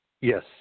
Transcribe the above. Yes